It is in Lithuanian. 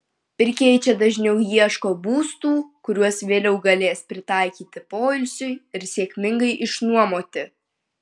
pirkėjai čia dažniau ieško būstų kuriuos vėliau galės pritaikyti poilsiui ir sėkmingai išnuomoti